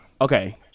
okay